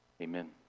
Amen